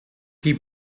qui